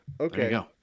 okay